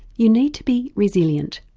you need to be resilient.